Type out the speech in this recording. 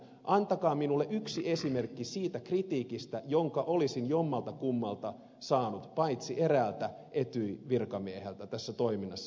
antakaa minulle yksi esimerkki siitä kritiikistä jonka olisin jommaltakummalta saanut paitsi eräältä etyj virkamieheltä tässä toiminnassa